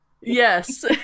Yes